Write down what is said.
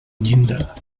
llinda